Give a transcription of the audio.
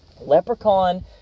Leprechaun